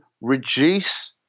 reduce